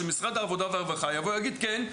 שמשרד העבודה והרווחה יגיד: כן,